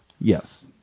Yes